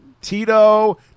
Tito